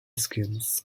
skinks